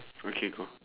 okay go